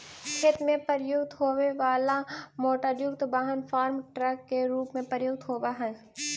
खेत में प्रयुक्त होवे वाला मोटरयुक्त वाहन फार्म ट्रक के रूप में प्रयुक्त होवऽ हई